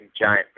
giant